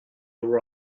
were